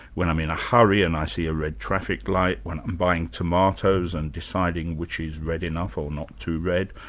when i'm in a hurry and i see a red traffic light, when i'm buying tomatoes and deciding which is red enough or not too red,